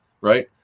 Right